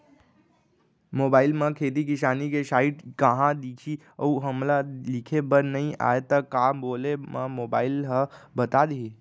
Mobile म खेती किसानी के साइट कहाँ दिखही अऊ हमला लिखेबर नई आय त का बोले म मोबाइल ह बता दिही?